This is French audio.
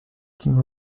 tim